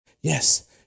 yes